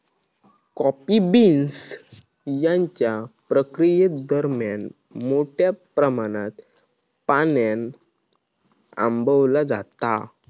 coffee beans त्यांच्या प्रक्रियेदरम्यान मोठ्या प्रमाणात पाण्यान आंबवला जाता